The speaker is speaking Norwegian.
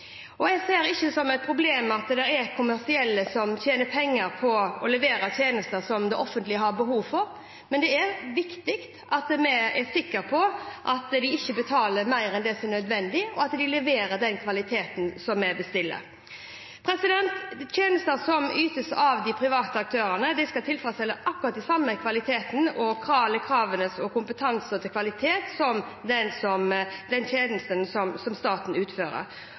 Jeg ser det ikke som et problem at kommersielle tjener penger på å levere tjenester som det offentlige har behov for, men det er viktig at vi er sikre på at det ikke betales mer enn det som er nødvendig, og at de leverer den kvaliteten som vi bestiller. Tjenester som ytes av de private aktørene, skal tilfredsstille akkurat den samme kvaliteten og kravet til kompetanse og kvalitet som de tjenestene som staten utfører. Jeg har lyst til å understreke at de kontraktene som